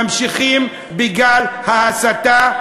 ממשיכים בגל ההסתה,